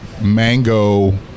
mango